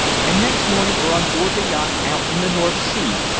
and next morning were on board the yacht out in the north sea,